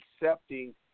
accepting